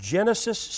Genesis